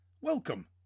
welcome